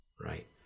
right